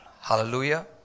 Hallelujah